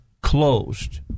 closed